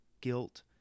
guilt